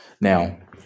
Now